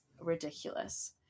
ridiculous